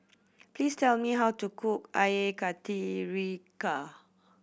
please tell me how to cook Air Karthira